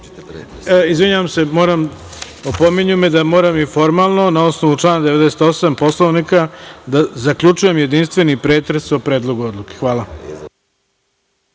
suda. Izvinjavam se, opominju me da moram i formalno. Na osnovu člana 98. Poslovnika, zaključujem jedinstveni pretres o Predlogu odluke. Hvala.